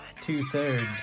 Two-thirds